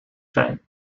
zijn